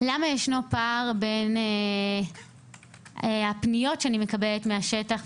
למה ישנו פער בין הפניות שאני מקבלת מהשטח,